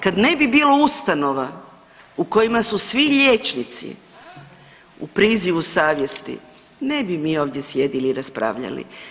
Kad ne bi bilo ustanova u kojima su svi liječnici u prizivu savjesti ne bi mi ovdje sjedili i raspravljali.